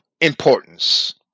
importance